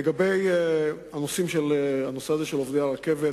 לגבי הנושא של עובדי הרכבת,